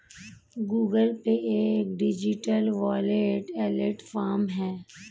Google pay एक digital wallet platform है